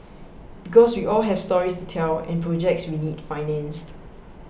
because we all have stories to tell and projects we need financed